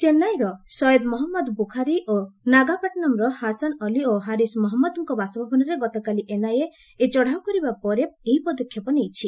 ଚେନ୍ନାଇର ସୟଦ ମହଜ୍ଞଦ ବୁଖାରୀ ଓ ନାଗାପାଟ୍ଟିନମ୍ର ହାସନ ଅଲ୍ଲୀ ଓ ହାରିଶ୍ ମହମ୍ମଦଙ୍କ ବାସଭବନରେ ଗତକାଲି ଏନଆଇଏ ଚଢଉ କରିବା ପରେ ଏହି ପଦକ୍ଷେପ ନେଇଛି